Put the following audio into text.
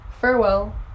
farewell